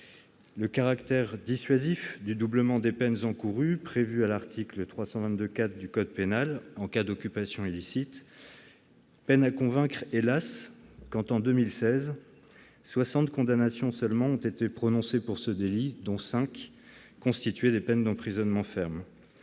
Le caractère dissuasif du doublement des peines encourues prévues à l'article 322-4-1 du code pénal en cas d'occupation illicite peine, hélas, à convaincre quand on sait que soixante condamnations seulement ont été prononcées en 2016 pour ce délit, dont cinq à des peines d'emprisonnement ferme.